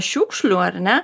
šiukšlių ar ne